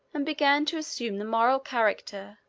and began to assume the moral character,